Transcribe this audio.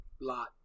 lot